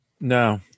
No